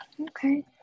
Okay